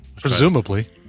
presumably